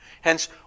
Hence